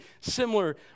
similar